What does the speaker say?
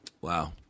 Wow